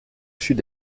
sud